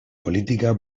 política